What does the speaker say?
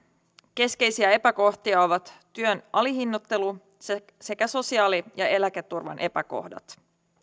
keskeisiä epäkohtia ovat työn alihinnoittelu sekä sekä sosiaali ja eläketurvan epäkohdat